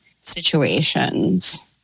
situations